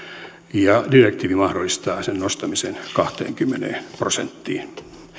ja direktiivi mahdollistaa sen nostamisen kahteenkymmeneen prosenttiin